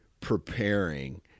preparing